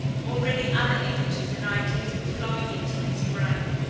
already other images and ideas were flowing into his brain.